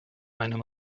einem